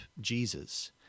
Jesus